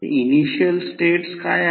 initial state काय आहेत